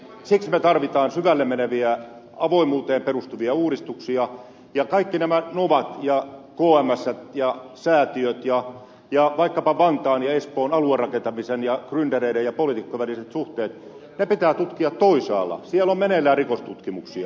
siksi me tarvitsemme syvälle meneviä avoimuuteen perustuvia uudistuksia ja kaikki nämä novat ja kmst ja säätiöt ja vaikkapa vantaan ja espoon aluerakentamisen ja gryndereiden ja poliitikkojen väliset suhteet ne pitää tutkia toisaalla siellä on meneillään rikostutkimuksia